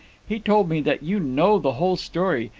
he told me that you know the whole story,